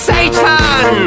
Satan